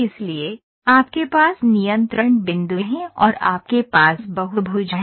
इसलिए आपके पास नियंत्रण बिंदु हैं और आपके पास बहुभुज हैं